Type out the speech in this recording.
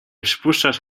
przypuszczasz